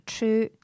True